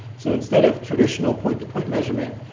so, instead of traditional point to point measurement,